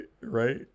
right